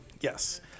Yes